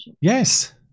Yes